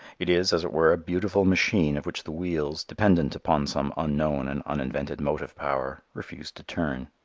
it is, as it were, a beautiful machine of which the wheels, dependent upon some unknown and uninvented motive power, refuse to turn.